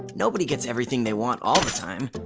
nobody gets everything they want all the time.